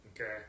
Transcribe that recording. Okay